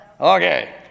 Okay